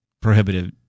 prohibitive